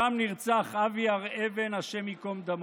שם נרצח אבי הר אבן הי"ד.